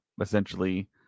essentially